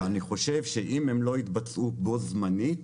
אני חושב שאם הם לא יתבצעו בו זמנית,